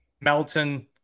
Melton